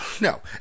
no